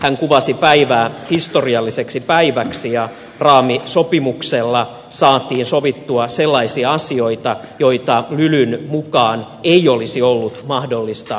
hän kuvasi päivää historialliseksi päiväksi ja raamisopimuksella saatiin sovittua sellaisia asioita joita lylyn mukaan ei olisi ollut mahdollista liittopöydissä sopia